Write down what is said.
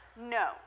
No